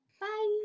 Bye